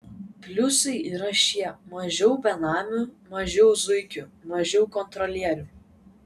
pliusai yra šie mažiau benamių mažiau zuikių mažiau kontrolierių